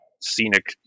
Scenic